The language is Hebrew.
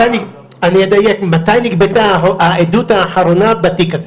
אדייק: מתי נגבתה העדות האחרונה בתיק הזה?